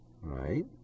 right